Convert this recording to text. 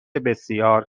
بسیار